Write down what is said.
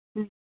ம்